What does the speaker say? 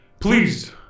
Please